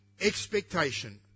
expectation